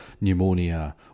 pneumonia